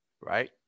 right